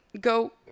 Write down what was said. go